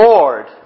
Lord